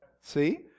see